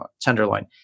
tenderloin